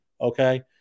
okay